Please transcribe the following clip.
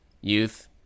youth